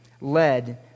led